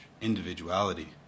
Individuality